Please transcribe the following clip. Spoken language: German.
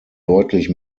deutlich